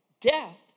Death